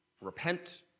repent